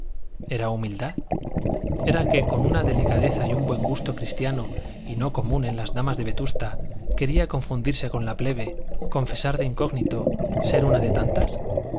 era humildad era que con una delicadeza y un buen gusto cristiano y no común en las damas de vetusta quería confundirse con la plebe confesar de incógnito ser una de tantas